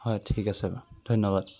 হয় ঠিক আছে বাৰু ধন্যবাদ